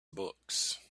books